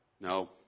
No